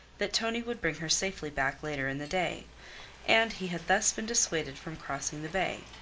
that tonie would bring her safely back later in the day and he had thus been dissuaded from crossing the bay.